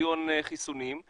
מיליון חיסונים,